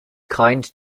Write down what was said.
kind